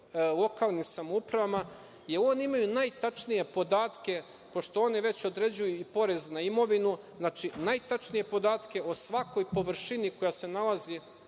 lokalnim samoupravama, jer oni imaju najtačnije podatke, pošto oni već određuju i porez na imovinu, znači, najtačnije podatke o svakoj površini koja se nalazi